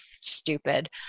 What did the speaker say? stupid